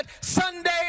Sunday